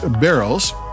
barrels